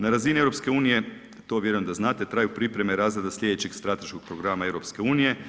Na razini EU, to vjerujem da znate, traju pripreme razreda slijedećeg strateškog programa EU.